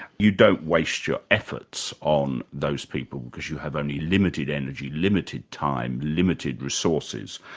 you don't waste your efforts on those people, because you have only limited energy, limited time, limited resources.